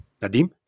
nadim